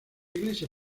iglesia